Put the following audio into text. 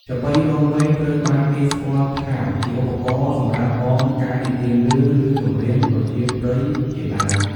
ចាប៉ីដងវែង ត្រូវបានគេស្គាល់ថាជាឧបករណ៍សម្រាប់អមការនិទានរឿង ឬចម្រៀងប្រជាប្រិយជាដើម។